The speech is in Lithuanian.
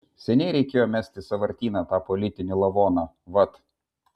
seniai reikėjo mest į sąvartyną tą politinį lavoną vat